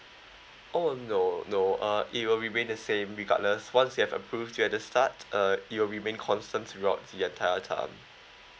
oh no no uh it will remain the same regardless once you have approved it at the start uh it will remain constant throughout the entire time